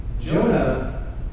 Jonah